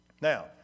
Now